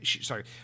sorry